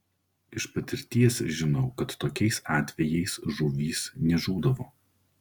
iš patirties žinau kad tokiais atvejais žuvys nežūdavo